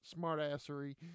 smartassery